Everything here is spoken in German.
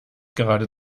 gerade